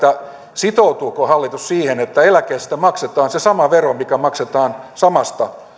sitoutuuko hallitus siihen että eläkkeestä maksetaan se sama vero kuin mikä maksetaan samasta